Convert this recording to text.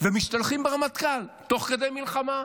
ומשתלחים ברמטכ"ל תוך כדי מלחמה,